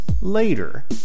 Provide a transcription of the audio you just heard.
later